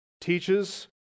teaches